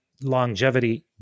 longevity